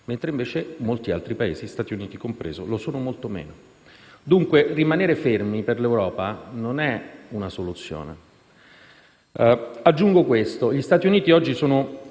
mentre invece molti altri Paesi, Stati Uniti compresi, lo sono molto meno. Dunque rimanere fermi, per l'Europa, non è la soluzione. Aggiungo questo: gli Stati Uniti oggi sono